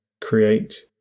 create